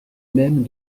même